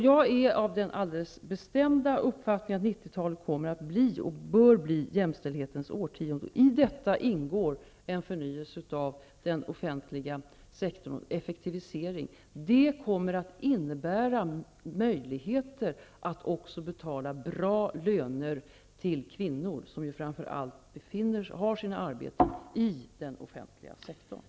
Jag är av den alldeles bestämda uppfattningen att 90-talet kommer att bli och bör bli jämställdhetens årtionde. I detta ingår en förnyelse och effektivisering av den offentliga sektorn. Det kommer att innebära möjligheter att också betala bra löner till kvinnor, som har sina arbeten i framför allt den offentliga sektorn.